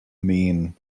mean